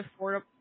affordable